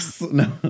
No